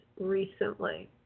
recently